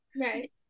Right